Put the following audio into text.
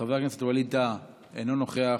חבר הכנסת ווליד טאהא, אינו נוכח,